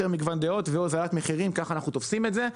יותר מגוון דעות והוזלת מחירים כך אנחנו תופסים את זה.